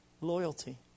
loyalty